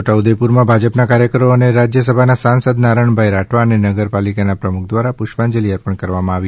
છોટાઉદેપુરમાં ભાજપના કાર્યકરો અને રાજયસભાના સાંસદ નારણભાઇ રાઠવા અને નગરપાલિકાના પ્રમુખ દ્વારા પુષ્પાંજલિ અર્પણ કરવામાં આવી